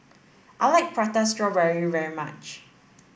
I like prata strawberry very much